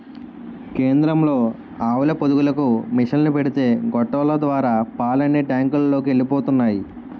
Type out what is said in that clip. కేంద్రంలో ఆవుల పొదుగులకు మిసన్లు పెడితే గొట్టాల ద్వారా పాలన్నీ టాంకులలోకి ఎలిపోతున్నాయి